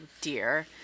dear